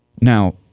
Now